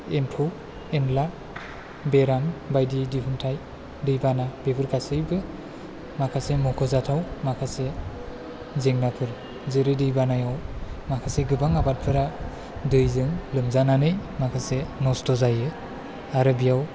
एम्फौ एनला बेराम बायदि दिहुन्थाय दै बाना बेफोर गासैबो माखासे मख'जाथाव माखासे जेंनाफोर जेरै दै बानायाव माखासे गोबां आबादफोरा दैजों लोमजानानै माखासे नस्थ' जायो आरो बेयाव